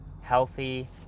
healthy